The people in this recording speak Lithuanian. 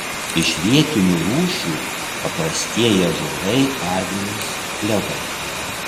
iš vietinių rūšių paprastieji ąžuolai eglės klevai